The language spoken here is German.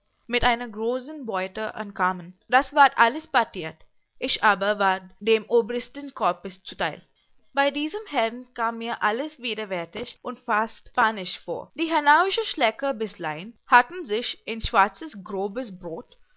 mit einer großen beute ankamen das ward alles partiert ich aber ward dem obristen corpes zuteil bei diesem herrn kam mir alles widerwärtig und fast spanisch vor die hanauische schleckerbißlein hatten sich in schwarzes grobes brot